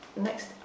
Next